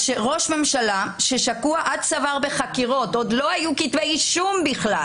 עד צוואר בחקירות עוד לא היו כתבי אישום בכלל